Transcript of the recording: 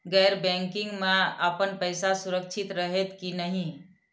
गैर बैकिंग में अपन पैसा सुरक्षित रहैत कि नहिं?